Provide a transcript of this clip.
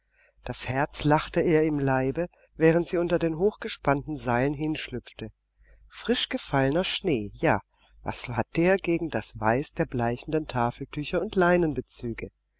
das herz lachte ihr im leibe während sie unter den hochgespannten seilen hinschlüpfte frischgefallener schnee ja was war der gegen das weiß der bleichenden tafeltücher und